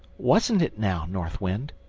wasn't it now, north wind?